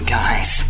guys